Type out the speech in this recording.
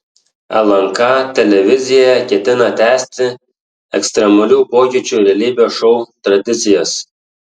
lnk televizija ketina tęsti ekstremalių pokyčių realybės šou tradicijas